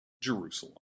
Jerusalem